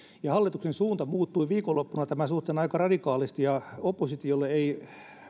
ja hallituksen suunta muuttui viikonloppuna tämän suhteen aika radikaalisti ja oppositiolle ei